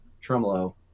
tremolo